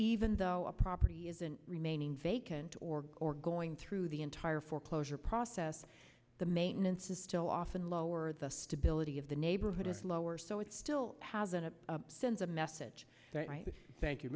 even though a property isn't remaining vacant org or going through the entire foreclosure process the maintenance is still often lowered the stability of the neighborhood is lower so it still has an it sends a message thank you